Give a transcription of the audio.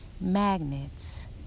magnets